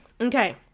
okay